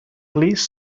please